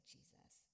Jesus